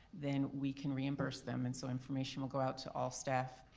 then we can reimburse them and so information will go out to all staff,